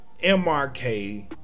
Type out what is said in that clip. MRK